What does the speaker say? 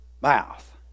mouth